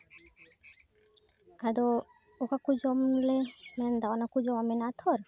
ᱟᱫᱚ ᱚᱠᱟ ᱠᱚ ᱡᱚᱢᱼᱧᱩᱞᱮ ᱢᱮᱱᱫᱟ ᱚᱱᱟ ᱠᱚ ᱡᱚᱢᱟᱜ ᱢᱮᱱᱟᱜᱼᱟ ᱛᱷᱚᱨ